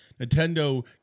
Nintendo